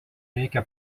reikia